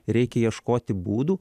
ir reikia ieškoti būdų